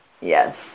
Yes